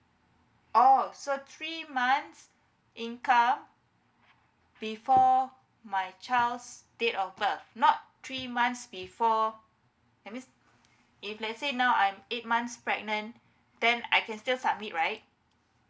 oh so three months income before my child's date of birth not three months before that means if let's say now I'm eight months pregnant then I can still submit right